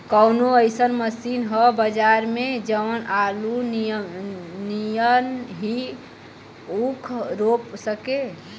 कवनो अइसन मशीन ह बजार में जवन आलू नियनही ऊख रोप सके?